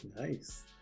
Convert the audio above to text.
Nice